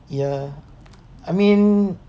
ya I mean